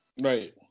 right